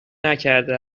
نکرده